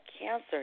cancer